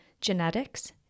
genetics